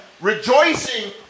rejoicing